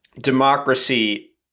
Democracy